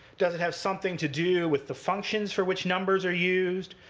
does it have something to do with the functions for which numbers are used?